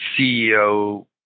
CEO